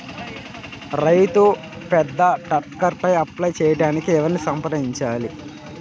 రైతు పెద్ద ట్రాక్టర్కు అప్లై చేయడానికి ఎవరిని సంప్రదించాలి?